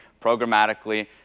programmatically